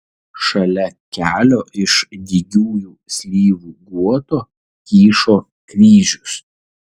šalia kelio iš dygiųjų slyvų guoto kyšo kryžius